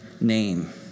name